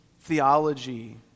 theology